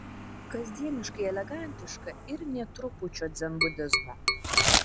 kasdieniškai elegantiška ir nė trupučio dzenbudizmo